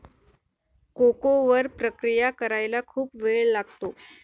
cocoa वर प्रक्रिया करायला खूप वेळ लागतो